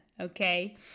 Okay